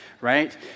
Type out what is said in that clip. right